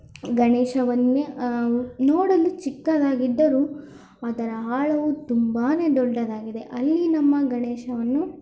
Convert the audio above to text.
ಗಣೇಶವನ್ನೇ ನೋಡಲು ಚಿಕ್ಕದಾಗಿದ್ದರೂ ಅದರ ಆಳವು ತುಂಬಾ ದೊಡ್ಡದಾಗಿದೆ ಅಲ್ಲಿ ನಮ್ಮ ಗಣೇಶವನ್ನು